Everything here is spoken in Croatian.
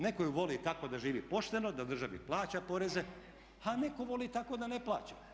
Neko ju voli tako da živi pošteno da državi plaća poreze, a netko voli tako da ne plaća.